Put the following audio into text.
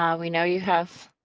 um we know you have